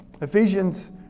Ephesians